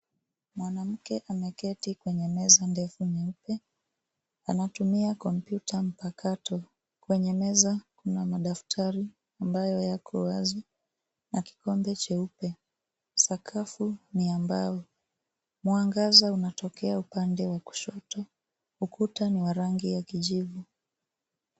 Mwanamke ameketi kwenye meza ndefu nyeupe. Anatumia kompyuta mpakato. Kwenye meza kuna madaftari ambayo yako wazi, na kikombe cheupe. Sakafu ni ya mbao. Mwangaza unatokea upande wa kushoto. Ukuta ni wa rangi ya kijivu.